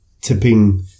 tipping